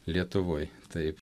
lietuvoj taip